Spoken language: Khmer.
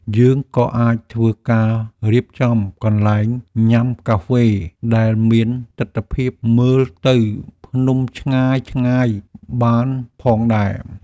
យើងក៏អាចធ្វើការរៀបចំកន្លែងញ៉ាំកាហ្វេដែលមានទិដ្ឋភាពមើលទៅភ្នំឆ្ងាយៗបានផងដែរ។